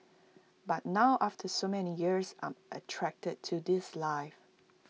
but now after so many years I'm attracted to this life